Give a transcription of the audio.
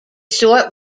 short